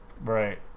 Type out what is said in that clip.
Right